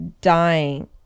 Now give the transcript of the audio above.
Dying